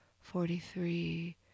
forty-three